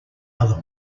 other